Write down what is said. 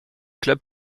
clubs